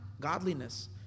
godliness